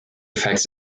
effects